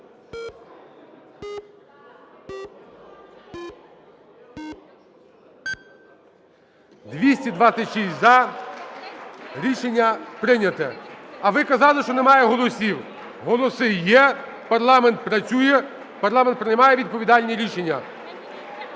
За-226 Рішення прийняте. А ви казали, що немає голосів. Голоси є. Парламент працює. Парламент приймає відповідальні рішення.